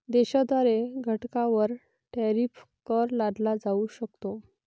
देशाद्वारे घटकांवर टॅरिफ कर लादला जाऊ शकतो